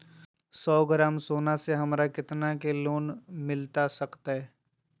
सौ ग्राम सोना से हमरा कितना के लोन मिलता सकतैय?